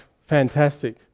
fantastic